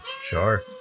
Sure